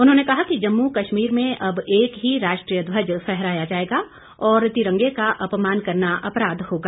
उन्होंने कहा कि जम्मू कश्मीर में अब एक ही राष्ट्रीय ध्वज फहराया जाएगा और तिरंगे का अपमान करना अपराध होगा